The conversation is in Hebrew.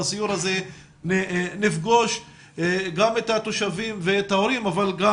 בסיור הזה נפגוש גם את התושבים ואת ההורים אבל גם